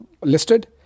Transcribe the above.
listed